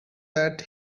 that